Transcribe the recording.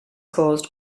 caused